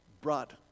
brought